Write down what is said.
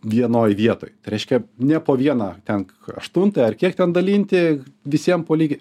vienoj vietoj tai reiškia ne po vieną ten aštuntąją ar kiek ten dalinti visiem po lygiai